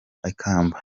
ikamba